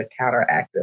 counteractive